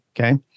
Okay